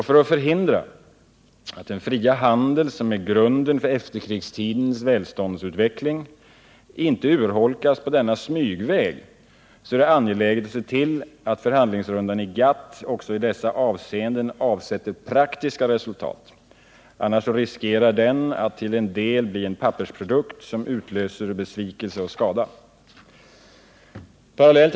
För att förhindra att den fria handel som är grunden för efterkrigstidens välståndsutveckling inte urholkas på denna smygväg, är det angeläget att se till att förhandlingsrundan i GATT också i dessa avseenden avsätter praktiska resultat. Annars riskerar den att till en del bli en pappersprodukt som utlöser besvikelse och skada. Herr talman!